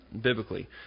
biblically